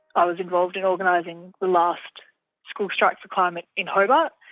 i was involved in organising the last school strike for climate in hobart.